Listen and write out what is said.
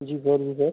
जी बोलिए